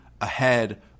ahead